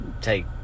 take